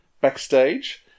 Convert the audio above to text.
backstage